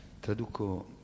Traduco